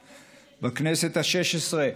בכנסת השש עשרה.